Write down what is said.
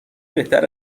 بهتر